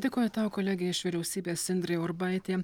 dėkoju tau kolegė iš vyriausybės indrė urbaitė